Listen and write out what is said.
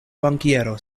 bankiero